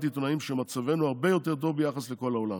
עיתונאים שמצבנו הרבה יותר טוב ביחס לכל העולם,